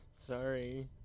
Sorry